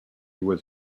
was